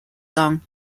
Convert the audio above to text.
song